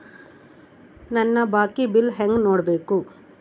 ನನ್ನ ಬಾಕಿ ಬಿಲ್ ಹೆಂಗ ನೋಡ್ಬೇಕು?